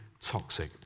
toxic